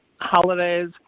holidays